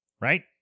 right